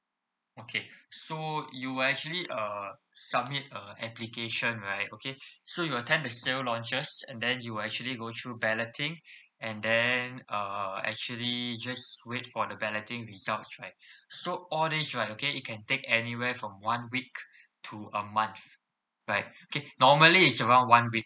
okay so you actually uh submit a application right okay so you attend the sale launches and then you will actually go through balloting and then uh actually just wait for the balloting results right so all this right okay it can take anywhere from one week too a month right okay normally it's around one week